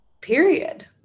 Period